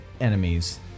enemies